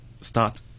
start